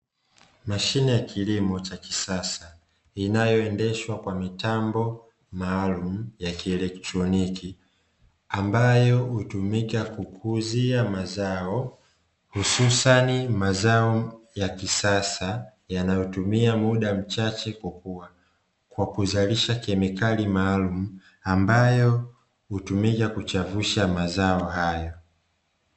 Mashine ya kilimo cha kisasa inayoendeshwa kwa mitambo maalumu ya kieletroniki, ambayo hutumika kukuzia mazao hususani mazao ya kisasa yanayotumia muda mchache kukua. Kwakuzalisha kemikali maalum ambayo hutumika katika kuchavusha mazao hayo.